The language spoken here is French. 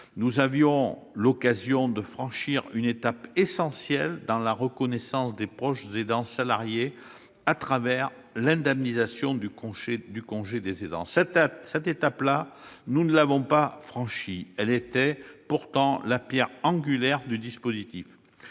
Nous avions l'occasion de franchir une étape essentielle dans la reconnaissance des proches aidants salariés, au travers de l'indemnisation du congé des aidants. Cette étape-là, nous ne l'avons pas franchie. Elle était pourtant la pierre angulaire du dispositif.